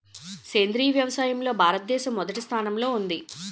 సేంద్రీయ వ్యవసాయంలో భారతదేశం మొదటి స్థానంలో ఉంది